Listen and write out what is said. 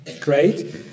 great